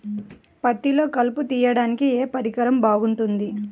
పత్తిలో కలుపు తీయడానికి ఏ పరికరం బాగుంటుంది?